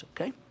okay